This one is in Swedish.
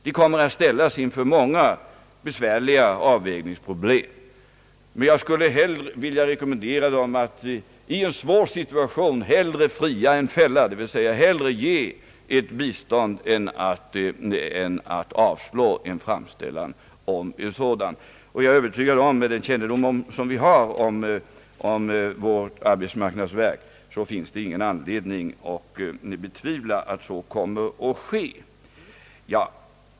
Den kommer att ställas inför många besvärliga avvägningsproblem. Jag skulle vilja rekommendera satt i en svår situation hellre fria än fälla, d.v.s. hellre ge ett bistånd än att avslå en framställan om sådant. Med den kännedom vi har om vårt arbetsmarknadsverk, är jag övertygad om att det inte finns någon anledning att betvivla att så kommer att ske.